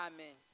Amen